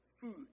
food